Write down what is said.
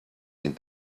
and